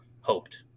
hoped